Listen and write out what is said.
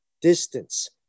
distance